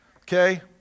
okay